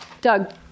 Doug